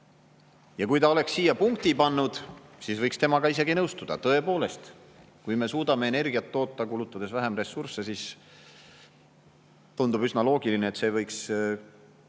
Ja kui ta oleks siia punkti pannud, siis võiks temaga isegi nõustuda. Tõepoolest, kui me suudame energiat toota, kulutades vähem ressursse, siis tundub üsna loogiline, et see võiks